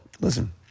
listen